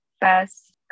best